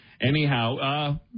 Anyhow